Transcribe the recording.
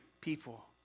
people